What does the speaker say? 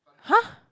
!huh!